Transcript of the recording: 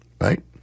right